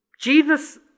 Jesus